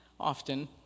often